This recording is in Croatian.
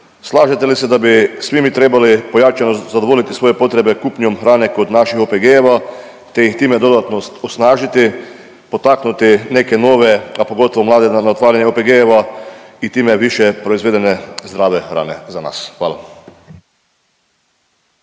Slažete li se da bi svi mi trebali pojačano zadovoljiti svoje proizvode kupnjom hrane kod naših OPG-ova te ih time dodatno osnažiti, potaknuti neke nove, a pogotovo mlade na otvaranje OPG-ova i time više proizvedene zdrave hrane za nas? Hvala.